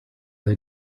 they